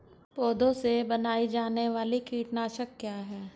पौधों से बनाई जाने वाली कीटनाशक क्या है?